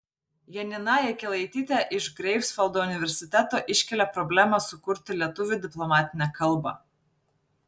janina jakelaitytė iš greifsvaldo universiteto iškelia problemą sukurti lietuvių diplomatinę kalbą